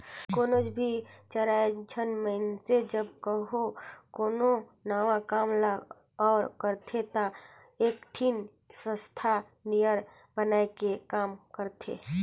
कोनोच भी चाएर झन मइनसे जब कहों कोनो नावा काम ल ओर करथे ता एकठिन संस्था नियर बनाए के काम करथें